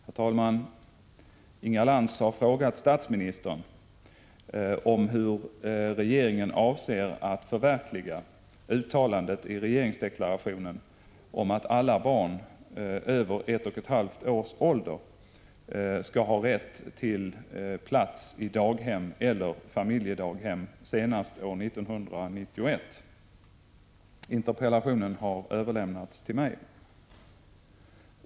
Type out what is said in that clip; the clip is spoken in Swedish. Herr talman! Inga Lantz har frågat statsministern om hur regeringen avser att förverkliga uttalandet i regeringsdeklarationen om att alla barn över ett och ett halvt års ålder skall ha rätt till plats i daghem eller i familjedaghem senast år 1991. Interpellationen har överlämnats till mig.